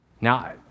Now